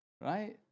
Right